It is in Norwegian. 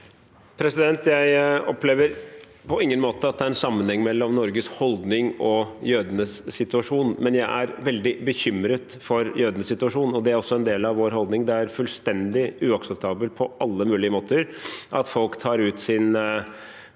Jeg opplever på ingen måte at det er en sammenheng mellom Norges holdning og jødenes situasjon. Men jeg er veldig bekymret for jødenes situasjon, og det er også en del av vår holdning. Det er fullstendig uakseptabelt på alle mulige måter at folk tar ut sin frustrasjon